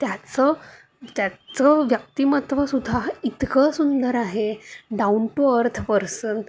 त्याचे त्याचं त्याचं व्यक्तिमत्वसुद्धा इतकं सुंदर आहे त्याचं डाऊन टू अर्थ पर्सन